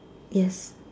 yes